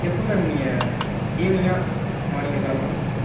எப்போ மேம் நீங்கள் ஈவினிங்கா மார்னிங்கா கிளம்பணும்